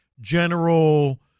general